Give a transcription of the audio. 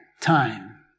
time